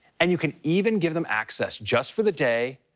and you can even give them access just for the day,